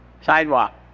Sidewalk